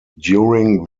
during